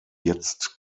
jetzt